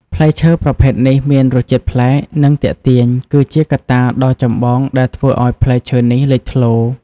ផ្លែឈើប្រភេទនេះមានរសជាតិប្លែក និងទាក់ទាញ គឺជាកត្តាដ៏ចម្បងដែលធ្វើឱ្យផ្លែឈើនេះលេចធ្លោ។